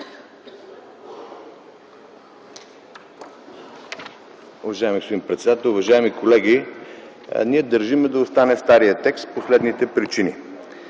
господин председател, уважаеми колеги! Ние държим да остане старият текст по следните причини.